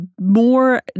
more